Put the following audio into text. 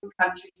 countries